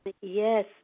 Yes